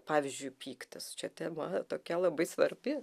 pavyzdžiui pyktis čia tema tokia labai svarbi